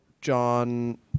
John